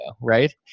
right